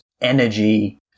energy